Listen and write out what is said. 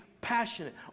passionate